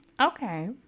Okay